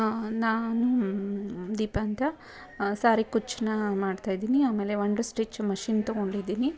ನಾನು ದೀಪ ಅಂತ ಸಾರಿ ಕುಚ್ಚನ್ನ ಮಾಡ್ತಾಯಿದ್ದೀನಿ ಆಮೇಲೆ ವಂಡರ್ ಸ್ಟಿಚ್ ಮಷಿನ್ ತೊಗೊಂಡಿದ್ದೀನಿ